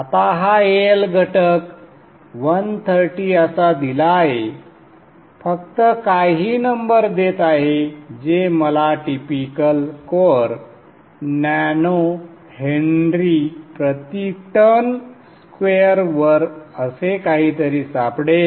आता हा AL घटक 130 असा दिला आहे फक्त काही नंबर देत आहे जे मला टिपिकल कोअर नॅनो हेन्री प्रति टर्न स्क्वेअरवर असे काहीतरी सापडेल